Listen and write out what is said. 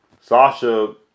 Sasha